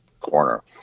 corner